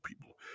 people